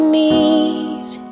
need